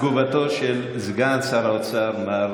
בבקשה, תגובתו של סגן שר האוצר מר